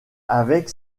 avec